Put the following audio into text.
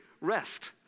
rest